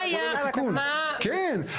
כן,